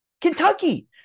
Kentucky